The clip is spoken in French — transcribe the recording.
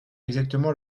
exactement